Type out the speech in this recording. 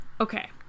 Okay